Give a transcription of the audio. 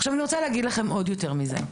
עכשיו, אני רוצה להגיד לכם עוד יותר מזה.